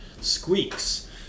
squeaks